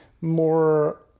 more